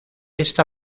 esta